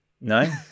No